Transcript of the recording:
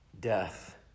death